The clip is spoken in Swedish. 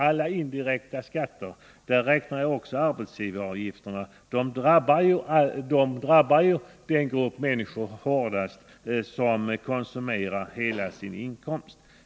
Alla indirekta skatter — och dit räknar jag också arbetsgivaravgifterna — drabbar hårdast den grupp av människor som konsumerar hela sin inkomst.